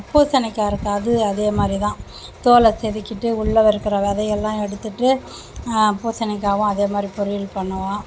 பூசணிக்காய் இருக்குது அது அதே மாதிரிதான் தோலை செதுக்கிவிட்டு உள்ள இருக்கிற விதையெல்லாம் எடுத்துவிட்டு பூசணிக்காயும் அதே மாதிரி பொரியல் பண்ணுவோம்